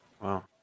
Wow